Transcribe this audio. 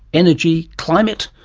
energy, climate,